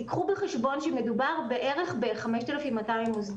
תיקחו בחשבון שמדובר בערך ב 5,200 מוסדות.